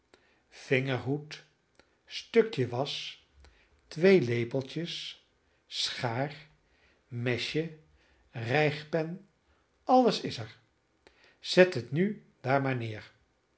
vingerhoed stukje was twee lepeltjes schaar mesje rijgpen alles is er zet het nu daar maar neer